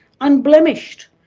unblemished